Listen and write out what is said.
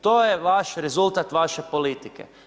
To je vaš rezultat vaše politike.